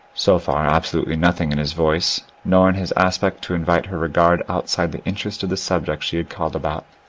so far absolutely nothing in his voice nor in his aspect to invite her regard outside the interest of the subject she had called about.